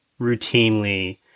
routinely